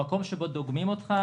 המקום שבו דוגמים אותך,